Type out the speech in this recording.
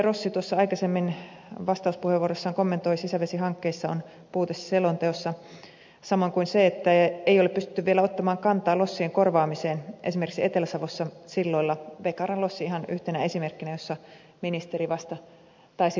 rossi tuossa aikaisemmin vastauspuheenvuorossaan kommentoi sisävesihankkeiden suhteen on puute selonteossa samoin kuin siinä että ei ole pystytty vielä ottamaan kantaa lossien korvaamiseen esimerkiksi etelä savossa silloilla vekaran lossi ihan yhtenä esimerkkinä ja siellä ministeri vasta taisi vieraillakin